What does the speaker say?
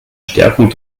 stärkung